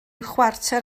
chwarter